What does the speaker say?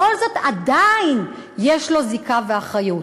בכל זאת עדיין יש לו זיקה ואחריות.